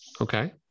Okay